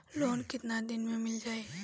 Loan कितना दिन में मिल जाई?